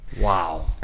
Wow